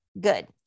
Good